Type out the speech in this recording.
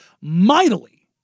mightily